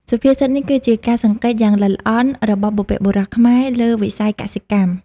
សុភាសិតនេះគឺជាការសង្កេតយ៉ាងល្អិតល្អន់របស់បុព្វបុរសខ្មែរលើវិស័យកសិកម្ម។